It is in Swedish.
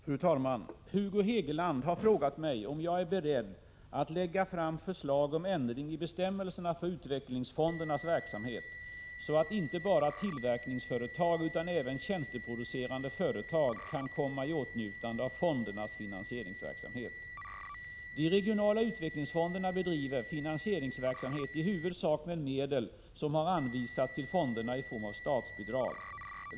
Fru talman! Hugo Hegeland har frågat mig om jag är beredd att lägga fram förslag om ändring i bestämmelserna för utvecklingsfondernas verksamhet, så att inte bara tillverkningsföretag utan även tjänsteproducerande företag kan komma i åtnjutande av fondernas finansieringsverksamhet. De regionala utvecklingsfonderna bedriver finansieringsverksamhet i huvudsak med medel som har anvisats till fonderna i form av statsbidrag.